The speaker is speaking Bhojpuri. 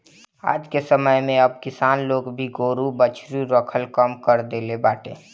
आजके समय में अब किसान लोग भी गोरु बछरू रखल कम कर देले बाटे